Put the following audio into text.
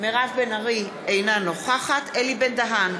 אינה נוכחת אלי בן-דהן,